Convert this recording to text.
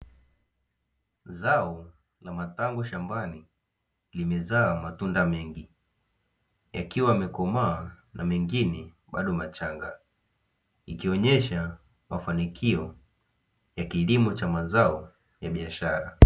Zao la matango shambani limezaa matunda mengi yakiwa yamekomaa na mengine bado machanga, ikionyesha mafanikio ya kilimo cha mazao ya biashara.